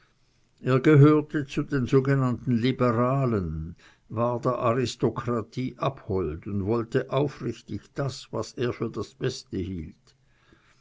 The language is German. er gehörte zu den sogenannten liberalen war der aristokratie abhold und wollte aufrichtig das was er für das beste hielt